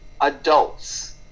adults